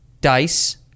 dice